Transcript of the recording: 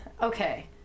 okay